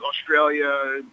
Australia